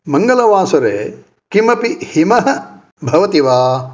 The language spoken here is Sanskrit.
मङ्गलवासरे किमपि हिमः भवति वा